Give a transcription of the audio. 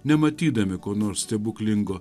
nematydami ko nors stebuklingo